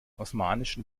osmanischen